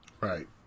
Right